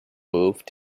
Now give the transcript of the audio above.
moved